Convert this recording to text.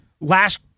last